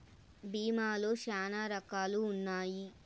భీమా లో శ్యానా రకాలు ఉన్నాయి